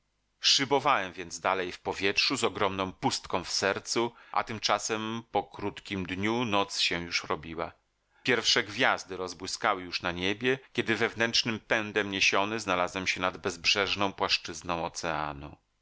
szybowałem więc dalej w powietrzu z ogromną pustką w sercu a tymczasem po krótkim dniu noc się już robiła pierwsze gwiazdy rozbłyskały już na niebie kiedy wewnętrznym pędem niesiony znalazłem się nad bezbrzeżną płaszczyzną oceanu